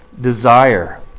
desire